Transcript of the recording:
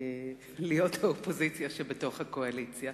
להיות האופוזיציה שבתוך הקואליציה.